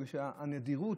בגלל שהנדירות,